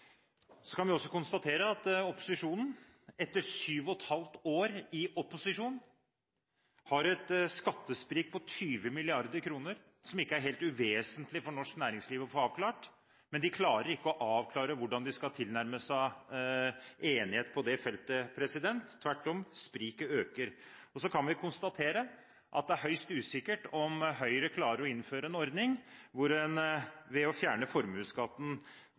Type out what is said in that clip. Så kan vi også konstatere at opposisjonen – etter syv og et halvt år i opposisjon – har et skattesprik på 20 mrd. kr, som ikke er helt uvesentlig for norsk næringsliv å få avklart, men de klarer ikke å avklare hvordan de skal tilnærme seg enighet på det feltet. Tvert om – spriket øker. Så kan vi konstatere at det er høyst usikkert om Høyre klarer å innføre en ordning hvor en ved å fjerne formuesskatten